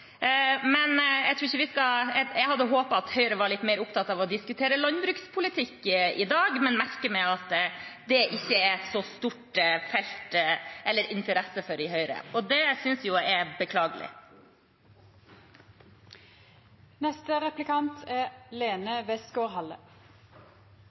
Jeg hadde håpet at Høyre var litt mer opptatt av å diskutere landbrukspolitikk i dag, men merker meg at det ikke er så stor interesse for det i Høyre, og det synes jo jeg er beklagelig.